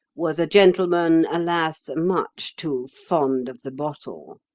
was a gentleman, alas! much too fond of the bottle?